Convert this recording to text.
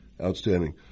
Outstanding